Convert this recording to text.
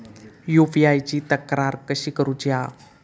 UPI ची तक्रार कशी करुची हा?